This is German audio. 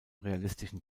realistischen